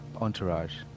entourage